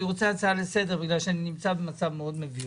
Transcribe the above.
אני רוצה הצעה לסדר כי אני נמצא במצב מאוד מביך.